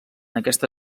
aquesta